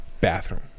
bathroom